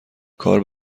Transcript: کار